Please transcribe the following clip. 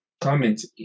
comments